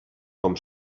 com